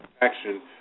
action